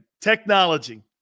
technology